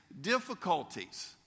difficulties